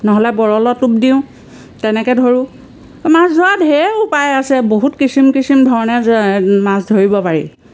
নহ'লে বৰলৰ টোপ দিওঁ তেনেকে ধৰোঁ মাছ ধৰাৰ ঢেৰ উপায় আছে বহুত কিচিম কিচিম ধৰণে মাছ ধৰিব পাৰি